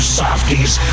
softies